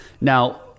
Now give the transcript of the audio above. Now